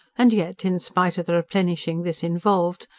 and yet, in spite of the replenishing this involved,